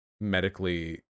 medically